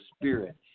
spirit